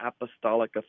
apostolic